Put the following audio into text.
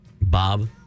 Bob